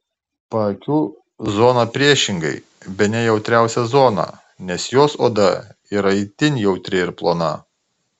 paakių zona priešingai bene jautriausia zona nes jos oda yra itin jautri ir plona